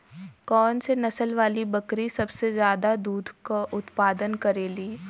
कौन से नसल वाली बकरी सबसे ज्यादा दूध क उतपादन करेली?